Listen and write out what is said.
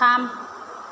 थाम